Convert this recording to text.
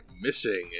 Missing